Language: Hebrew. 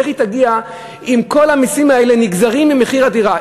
איך היא תגיע אם כל המסים האלה נגזרים ממחיר הדירה?